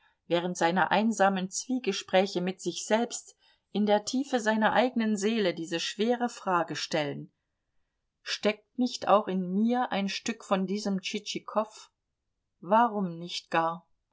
während seiner einsamen zwiegespräche mit sich selbst in der tiefe seiner eigenen seele diese schwere frage stellen steckt nicht auch in mir ein stück von diesem tschitschikow warum nicht gar